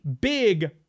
big